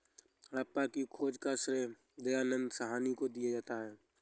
हड़प्पा की खोज का श्रेय दयानन्द साहनी को दिया जाता है